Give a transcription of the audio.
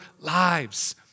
lives